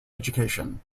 education